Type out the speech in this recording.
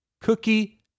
cookie